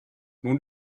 nun